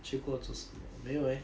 去过几时没有 leh